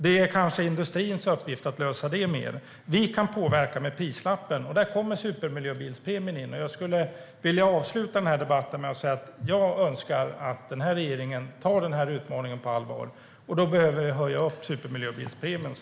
Det är kanske industrins uppgift att lösa det. Vi kan påverka med prislappen, och där kommer supermiljöbilspremien in. Jag skulle vilja avsluta den här debatten med att säga att jag önskar att regeringen tar den här utmaningen på allvar, och då behöver vi höja supermiljöbilspremien.